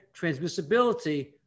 transmissibility